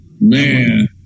Man